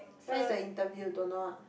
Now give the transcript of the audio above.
where is the interview don't know lah